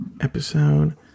Episode